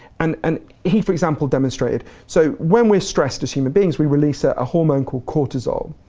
and and he, for example, demonstrated, so when we're stressed as human beings, we release a hormone called cortisol.